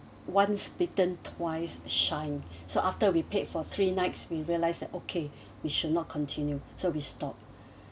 once bitten twice shy so after we paid for three nights we realise that okay we should not continue so we stopped